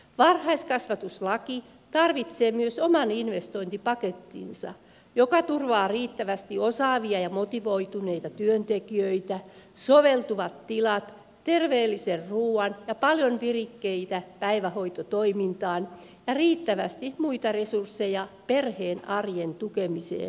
varhaiskasvatuslaki tarvitsee myös oman investointipakettinsa joka turvaa riittävästi osaavia ja motivoituneita työntekijöitä soveltuvat tilat terveellisen ruuan ja paljon virikkeitä päivähoitotoimintaan ja riittävästi muita resursseja perheen arjen tukemiseen